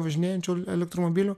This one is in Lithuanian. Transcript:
važinėjančių elektromobilių